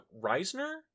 Reisner